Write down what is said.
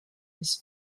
his